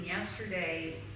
yesterday